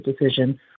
decision